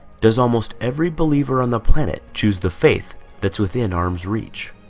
does almost every believer on the planet choose the faith? that's within arm's reach?